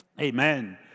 Amen